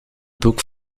boek